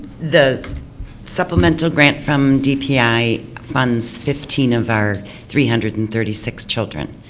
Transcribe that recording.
the supplemental grant from dpi funds fifteen of our three hundred and thirty six children.